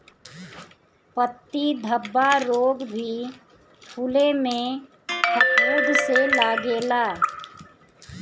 पत्ती धब्बा रोग भी फुले में फफूंद से लागेला